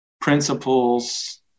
principles